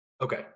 Okay